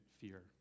fear